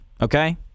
Okay